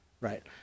right